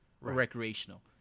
recreational